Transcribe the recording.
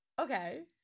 Okay